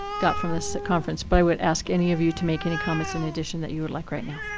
got from this conference. but i would ask any of you to make any comments in addition that you would like right now.